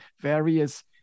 various